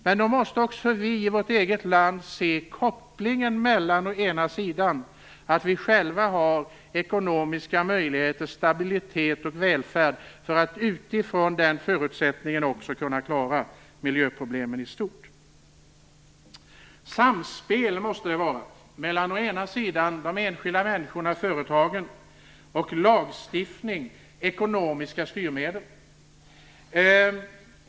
Men då måste också vi i vårt eget land se kopplingen mellan att vi själva har ekonomiska möjligheter, stabilitet och välfärd och att vi utifrån den förutsättningen kan klara miljöproblemen i stort. Samspel måste det vara mellan å ena sidan de enskilda människorna och företagen och å andra sidan lagstiftning och ekonomiska styrmedel.